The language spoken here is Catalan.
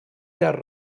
llarg